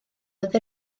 oedd